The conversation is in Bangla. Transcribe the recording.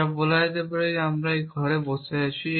যা বলা যেতে পারে যে আমরা এই ঘরে বসে আছি